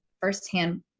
firsthand